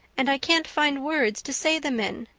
and i can't find words to say them in.